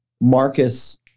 Marcus